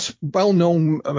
well-known